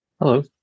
Hello